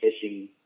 fishing